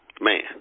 man